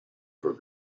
for